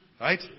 Right